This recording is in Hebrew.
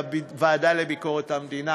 בוועדה לביקורת המדינה: